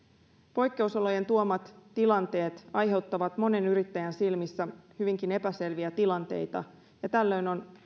poikkeusolojen tuomat tilanteet aiheuttavat monen yrittäjän silmissä hyvinkin epäselviä tilanteita ja tällöin on